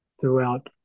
throughout